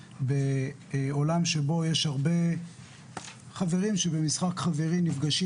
בעולם שבו יש הרבה חברים שבמשחק חברים נפגשים